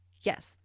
Yes